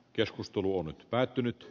keskustelu on päättynyt